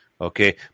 Okay